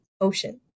Ocean